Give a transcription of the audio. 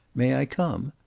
may i come?